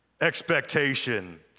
Expectation